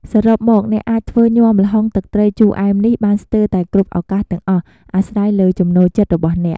សរុបមក អ្នកអាចធ្វើញាំល្ហុងទឹកត្រីជូរអែមនេះបានស្ទើរតែគ្រប់ឱកាសទាំងអស់ អាស្រ័យលើចំណូលចិត្តរបស់អ្នក។